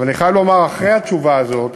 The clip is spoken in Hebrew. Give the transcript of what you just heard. אבל אני חייב לומר, גם אחרי התשובה הזאת,